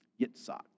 Yitzhak